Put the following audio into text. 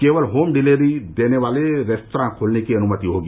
केवल home delivery देने वाले रेस्तरां खोलने की अनुमति होगी